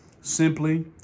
simply